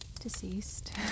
deceased